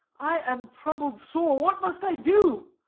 i am troubled sore. what must i do?